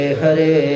Hare